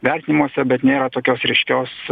vertinimuose bet nėra tokios ryškios